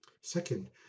Second